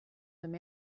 them